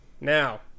Now